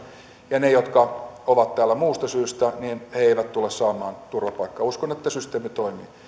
ja he jotka ovat täällä muusta syystä eivät tule saamaan turvapaikkaa uskon että systeemi toimii